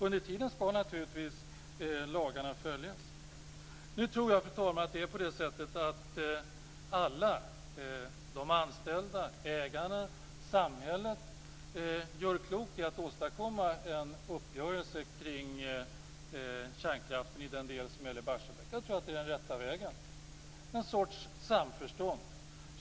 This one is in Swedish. Under tiden skall naturligtvis lagarna följas. Fru talman! Alla - de anställda, ägarna och samhället - gör klokt i att åstadkomma en uppgörelse kring kärnkraften i den del som gäller Barsebäck, en sorts samförstånd. Jag tror att det är den rätta vägen.